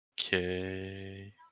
Okay